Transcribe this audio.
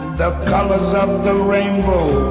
the colors of the rainbow